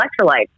electrolytes